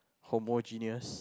homogenous